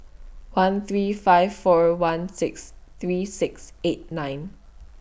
one three five four one six three six eight nine